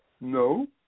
No